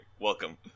welcome